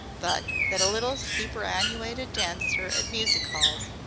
but that a little superannuated dancer at music-halls,